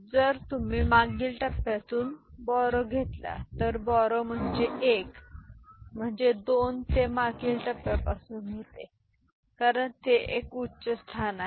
तर जर तुम्ही मागील टप्प्यातून बोरो घेतले तर बोरो म्हणजे 1 म्हणजे 2 ते मागील टप्प्यापासून होते कारण ते एक उच्च स्थान आहे